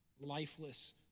lifeless